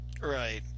Right